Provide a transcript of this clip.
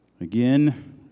Again